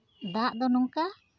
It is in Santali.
ᱫᱟᱜ ᱫᱚ ᱱᱚᱝᱠᱟ